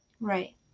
Right